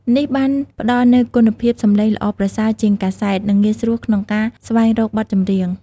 នេះបានផ្ដល់នូវគុណភាពសំឡេងល្អប្រសើរជាងកាសែត និងងាយស្រួលក្នុងការស្វែងរកបទចម្រៀង។